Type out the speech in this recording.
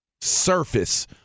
surface